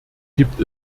gibt